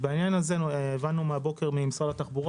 בעניין הזה הבנו הבוקר ממשרד התחבורה,